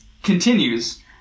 Continues